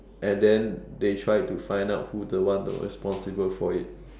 and then they tried to find out who's the one that was responsible for it